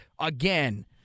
again